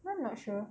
I'm not sure